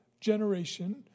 generation